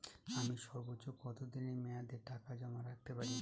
আমি সর্বোচ্চ কতদিনের মেয়াদে টাকা জমা রাখতে পারি?